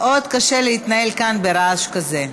מאוד קשה להתנהל כאן ברעש כזה.